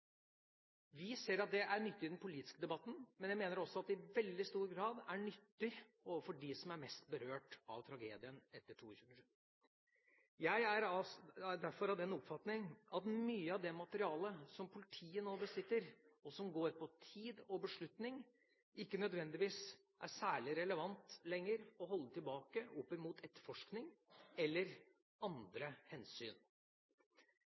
Vi ser at det er nyttig i den politiske debatten, men jeg mener også at det i veldig stor grad er nyttig overfor de som er mest berørt av tragedien etter 22. juli. Jeg er derfor av den oppfatning at mye av det materialet som politiet nå besitter, og som går på tid og beslutning, ikke nødvendigvis er særlig relevant å holde tilbake lenger med hensyn til etterforskning eller